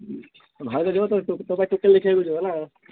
ଭାଉଜ ଯିବ ତ ତୋ ପାଇଁ ଟୁକେଲ୍ ଦେଖିବାକୁ ଯିବା ନା